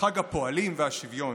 חג הפועלים והשוויון.